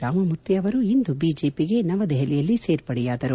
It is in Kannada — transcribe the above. ರಾಮಮೂರ್ತಿ ಅವರು ಇಂದು ಬಿಜೆಪಿಗೆ ನವದೆಹಲಿಯಲ್ಲಿ ಸೇರ್ಪಡೆಯಾದರು